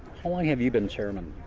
how long have you been chairman?